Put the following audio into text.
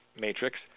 matrix